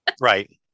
Right